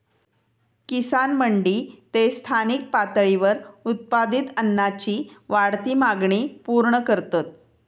किसान मंडी ते स्थानिक पातळीवर उत्पादित अन्नाची वाढती मागणी पूर्ण करतत